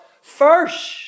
First